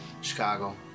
Chicago